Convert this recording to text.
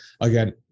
again